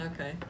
Okay